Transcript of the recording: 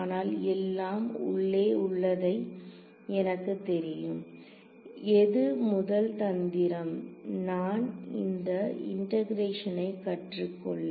ஆனால் எல்லாம் உள்ளே உள்ளதை எனக்கு தெரியும் எது முதல் தந்திரம் நான் இந்த இண்டெகரேஷனை கற்றுக்கொள்ள